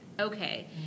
Okay